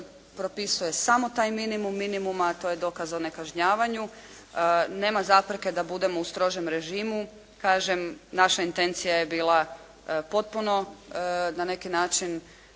propisuje samo taj minimum minimuma, a to je dokaz o nekažnjavanju. Nema zapreke da budemo u strožem režimu. Kažem, naša intencija je bila potpuno na neki način